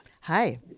hi